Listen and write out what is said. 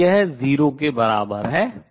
और यह 0 के बराबर है